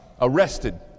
arrested